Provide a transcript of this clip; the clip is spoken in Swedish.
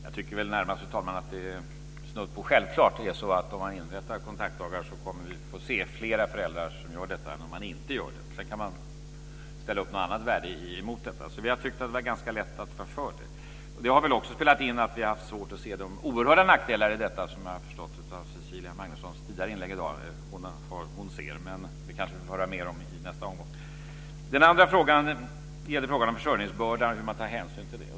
Jag tycker närmast, fru talman, att det är snudd på självklart att om man inrättar kontaktdagar kommer vi att få se fler föräldrar som deltar än om man inte gör det. Sedan kan man ställa upp något annat värde mot detta. Vi har tyckt att det är ganska lätt att vara för det. Det har också spelat in att vi har haft svårt att se de oerhörda nackdelar i detta som jag har förstått av Cecilia Magnussons tidigare inlägg i dag att hon ser. Vi kanske får höra mer om det i nästa omgång. Den andra frågan gällde försörjningsbördan och hur man tar hänsyn till den.